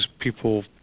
people –